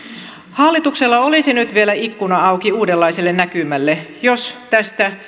hallituksella olisi nyt vielä ikkuna auki uudenlaiselle näkymälle jos tästä